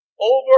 Over